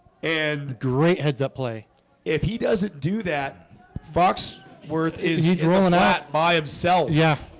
and great heads-up play if he doesn't do that fox worth. is he throwing that by himself? yeah